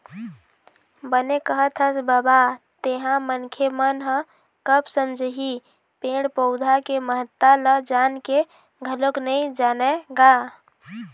बने कहत हस बबा तेंहा मनखे मन ह कब समझही पेड़ पउधा के महत्ता ल जान के घलोक नइ जानय गा